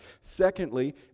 Secondly